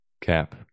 Cap